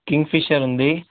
Kingfisher ఉంది